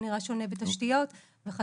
זה נראה שונה בתשתיות וכדומה,